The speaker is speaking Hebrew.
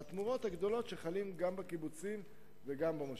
והתמורות הגדולות שחלות גם בקיבוצים וגם במושבים.